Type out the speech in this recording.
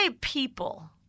people